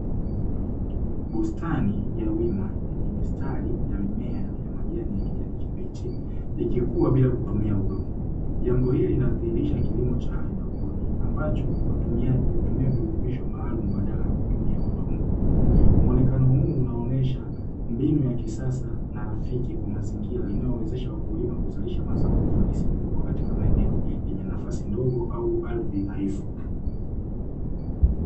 Bustani ya wima yenye mistari ya mimea ya majani ya kijani kibichi ikikuwa bila kutumia udongo jambo hili linadhihirisha kilimo cha haidroponi, ambacho watumiaji hutumia virutubisho maalum mbadala ya kutumia udongo, muonekano huu unaonyesha mbinu ya kisasa na rafiki kwa mazingira inayowezesha wakulima kuzalisha mazao kwa ufanisi mkubwa katika maeneo yenye nafasi ndogo au ardhi dhaifu.